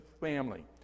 family